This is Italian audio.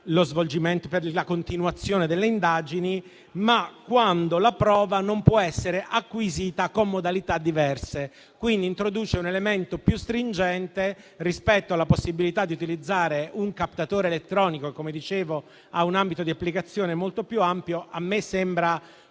indispensabile per la continuazione delle indagini, ma anche quando la prova non può essere acquisita con modalità diverse. Quindi introduce un elemento più stringente rispetto alla possibilità di utilizzare un captatore elettronico che, come dicevo, ha un ambito di applicazione molto più ampio. A me questo